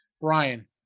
Brian